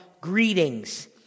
greetings